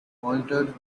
pointed